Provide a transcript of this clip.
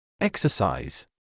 Exercise